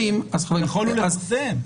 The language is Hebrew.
בסופו של דבר יכולנו לפרסם.